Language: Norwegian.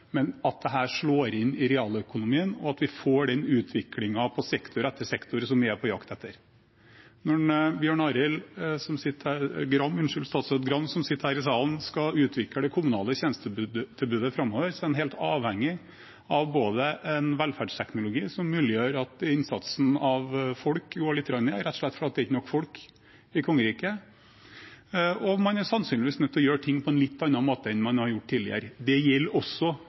men at dette slår inn i realøkonomien, og at vi på sektor etter sektor får den utviklingen som vi er på jakt etter. Når statsråd Gram som sitter her i salen, skal utvikle det kommunale tjenestetilbudet framover, er han helt avhengig av en velferdsteknologi som muliggjør at innsatsen fra folk går litt ned, rett og slett fordi det ikke er nok folk i kongeriket. Sannsynligvis er man også nødt til å gjøre ting på en litt annen måte enn man har gjort tidligere. Det gjelder også